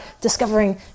discovering